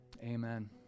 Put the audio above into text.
Amen